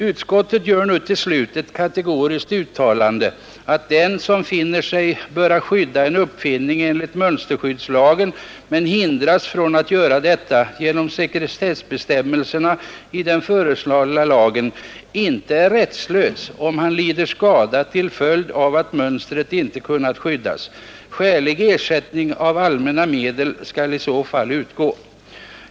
Utskottet gör till slut ett kategoriskt uttalande av innebörd att den som finner sig böra skydda en uppfinning enligt mönsterskyddslagen men hindras från att göra detta genom sekretessbestämmelserna i den föreslagna lagen inte är rättslös om han lider skada till följd av att mönstret inte kunnat skyddas, eftersom skälig ersättning av allmänna medel i så fall skall utgå.